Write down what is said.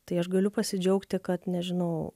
tai aš galiu pasidžiaugti kad nežinau